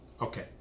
Okay